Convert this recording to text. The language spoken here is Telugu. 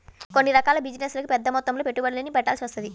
కొన్ని రకాల బిజినెస్లకి పెద్దమొత్తంలో పెట్టుబడుల్ని పెట్టాల్సి వత్తది